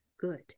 Good